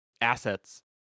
assets